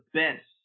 best